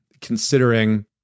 considering